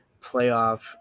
playoff